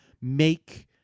make